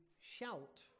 shout